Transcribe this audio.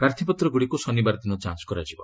ପ୍ରାର୍ଥୀପତ୍ରଗୁଡ଼ିକୁ ଶନିବାର ଦିନ ଯାଞ୍ଚ କରାଯିବ